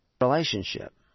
relationship